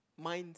minds